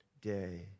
day